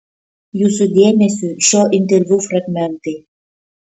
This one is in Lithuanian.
jūsų dėmesiui šio interviu fragmentai